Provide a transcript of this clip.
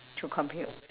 to compute